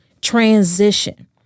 transition